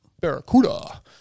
Barracuda